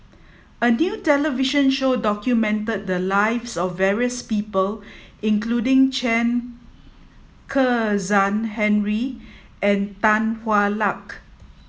a new television show documented the lives of various people including Chen Kezhan Henri and Tan Hwa Luck